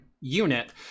unit